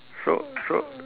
so so